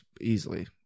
easily